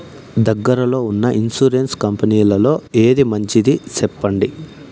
దగ్గర లో ఉన్న ఇన్సూరెన్సు కంపెనీలలో ఏది మంచిది? సెప్పండి?